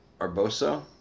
Arboso